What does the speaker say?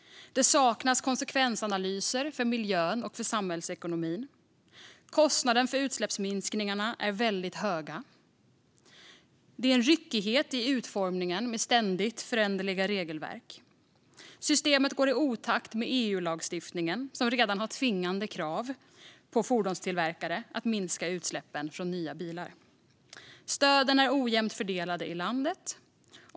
Det saknas konsekvensanalyser för miljön och samhällsekonomin. Kostnaden för utsläppsminskningarna är väldigt hög. Det finns en ryckighet i utformningen, med ständigt föränderliga regelverk. Systemet går i otakt med EU-lagstiftningen, som redan har tvingande krav på fordonstillverkare att minska utsläppen från nya bilar. Stöden är ojämnt fördelade i landet.